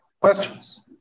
questions